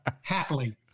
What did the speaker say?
happily